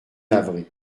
navré